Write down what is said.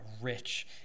rich